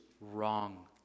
wrong